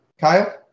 kyle